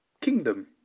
Kingdom